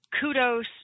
kudos